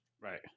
Right